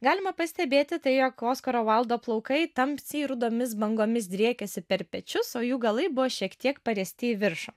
galima pastebėti tai jog oskaro vaildo plaukai tamsiai rudomis bangomis driekiasi per pečius o jų galai buvo šiek tiek pariesti į viršų